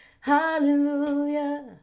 Hallelujah